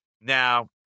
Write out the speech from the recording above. Now